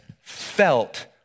felt